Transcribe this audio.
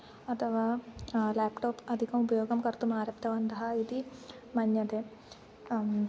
अथवा लेप्टाप् अधिकम् उपयोगं कर्तुम् आरब्धवन्तः इति मन्यते